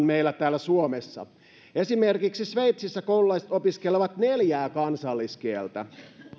meillä täällä suomessa esimerkiksi sveitsissä koululaiset opiskelevat neljää kansalliskieltä